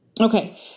Okay